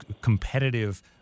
competitive